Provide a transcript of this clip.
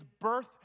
birth